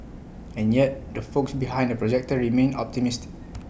and yet the folks behind the projector remain optimistic